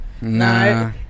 Nah